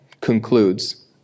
concludes